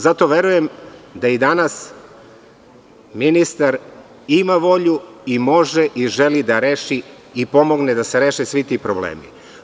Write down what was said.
Zato verujem da i danas ministar ima volju, može i želi da pomogne da se reše svi ti problemi.